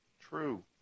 true